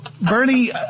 Bernie